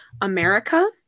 America